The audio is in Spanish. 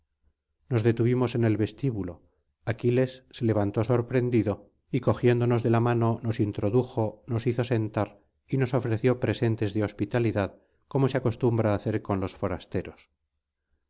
nos detuvimos en el vestíbulo aquiles se levantó sorprendido y cogiéndonos de la mano nos introdujo nos hizo sentar y nos ofreció presentes de hospitalidad como se acostumbra hacer con los forasteros